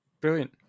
Brilliant